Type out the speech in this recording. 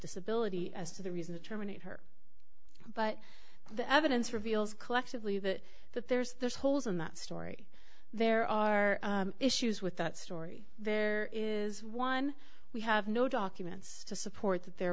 disability as to the reason to terminate her but the evidence reveals collectively that that there's there's holes in that story there are issues with that story there is one we have no documents to support that there